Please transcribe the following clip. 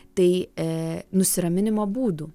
tai e nusiraminimo būdų